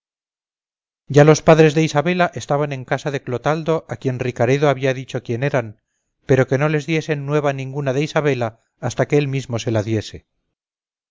ya los padres de isabela estaban en casa de clotaldo a quien ricaredo había dicho quién eran pero que no les diesen nueva ninguna de isabela hasta que él mismo se la diese